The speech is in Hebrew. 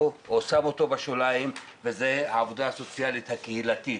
שם אותו בשוליים וזה העבודה הסוציאלית הקהילתית.